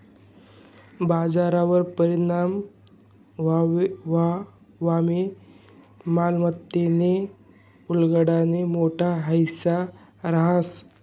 बजारवर परिणाम व्हवामा मालमत्तानी उलाढालना मोठा हिस्सा रहास